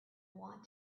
want